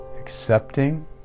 accepting